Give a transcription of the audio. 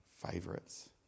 favorites